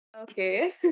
Okay